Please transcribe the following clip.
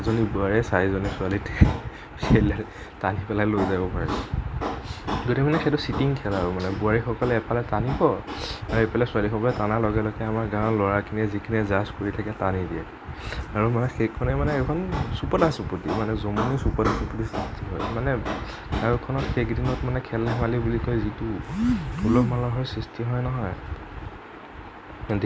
এজনী বোৱাৰীয়ে চাৰিজনী ছোৱালীক টানি পেলাই লৈ যাব পাৰিব সেইটো মানে ছিটিং খেল আৰু বোৱাৰী সকলে এফালে টানিব আৰু এইফালে ছোৱালী সকলে টনাৰ লগে লগে আমাৰ গাওঁৰ ল'ৰাখিনিয়ে যিখিনি জাৰ্জ কৰি থাকে টানি দিয়ে আৰু মানে সেইখনেই মানে এখন চুপটা চুপতি মানে জমনি চুপটা চুপতি মানে গাওঁ এখনত সেইকেইদিনত খেল ধেমালি বুলি ক'লে যিটো উলহ মালহৰ সৃষ্টি হয় নহয়